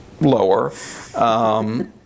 lower